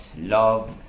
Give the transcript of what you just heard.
love